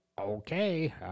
Okay